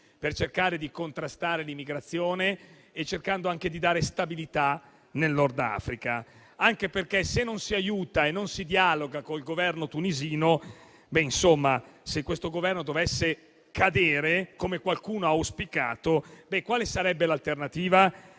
per cercare di contrastare l'immigrazione, cercando anche di dare stabilità al Nord Africa, anche perché se non si aiuta e non si dialoga col Governo tunisino, se quel Governo dovesse cadere, come qualcuno ha auspicato, quale sarebbe l'alternativa?